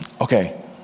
Okay